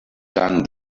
done